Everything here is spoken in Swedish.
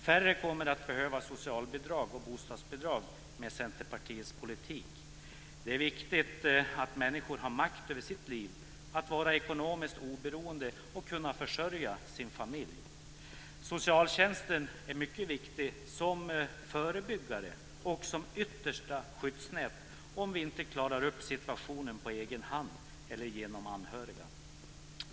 Färre kommer att behöva socialbidrag och bostadsbidrag med Centerpartiets politik. Det är viktigt att människor har makt över sitt liv. Det är viktigt att vara ekonomiskt oberoende och kunna försörja sin familj. Socialtjänsten är mycket viktig som förebyggare och yttersta skyddsnät, om man inte klarar upp situationen på egen hand eller genom anhöriga.